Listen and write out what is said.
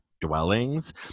dwellings